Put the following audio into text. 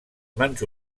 mans